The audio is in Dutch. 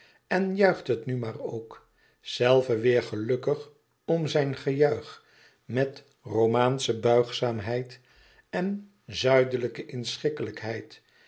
en juicht het nu maar ook zelve weêr gelukkig om zijn gejuich met romaansche buigzaamheid en zuidelijke